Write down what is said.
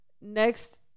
next